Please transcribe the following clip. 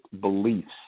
beliefs